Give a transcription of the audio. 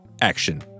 action